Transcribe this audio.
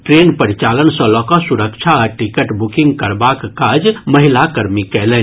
train परिचालन सँ लऽ कऽ सुरक्षा आ टिकट बुकिंग करबाक काज महिला कर्मी कयलनि